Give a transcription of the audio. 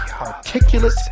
articulate